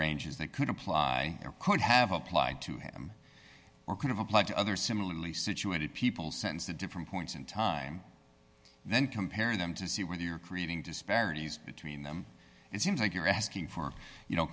ranges that could apply or could have applied to him or could have applied to other similarly situated people sense the different points in time then compare them to see whether you're creating disparities between them it seems like you're asking for you